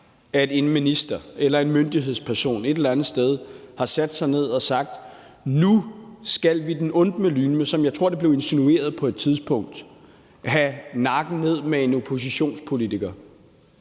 at en minister eller en myndighedsperson et eller andet sted har sat sig ned og sagt, at nu skal vi den onde lyne mig, som jeg tror det blev insinueret på et tidspunkt, have en oppositionspolitiker